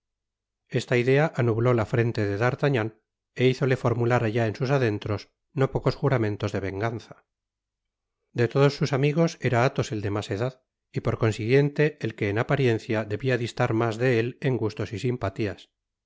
esta idea anubló la frente de d'artagnan é hízole formular allá en sus adentros no pocos juramentos de venganza de todos sus amigos era athos el de mas edad y por consiguiente el que en apariencia debia distar mas de él en gustos y simpatías